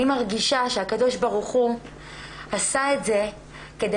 אני מרגישה שהקדוש ברוך הוא עשה את זה כדי